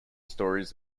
stories